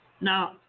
Now